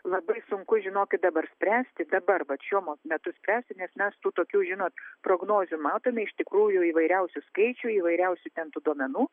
labai sunku žinokit dabar spręsti dabar vat šiuo metu spręsti nes mes tų tokių žinot prognozių matome iš tikrųjų įvairiausių skaičių įvairiausių ten tų duomenų